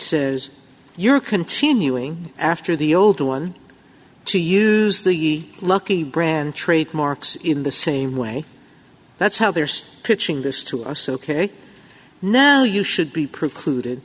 says you're continuing after the old one to use the lucky brand trademarks in the same way that's how they're so pitching this to us ok now you should be precluded